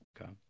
okay